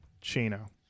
Chino